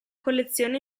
collezione